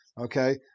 Okay